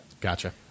Gotcha